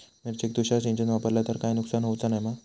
मिरचेक तुषार सिंचन वापरला तर काय नुकसान होऊचा नाय मा?